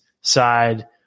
side